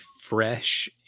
fresh